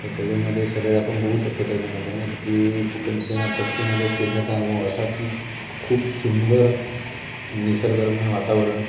तर त्याच्यामध्ये सगळे आपण बघू शकतो त्याच्यामदे की कोकण किनारपट्टीमध्ये फिरण्याचा अनुभव असा की खूप सुंदर निसर्गरम्य वातावरण